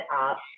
up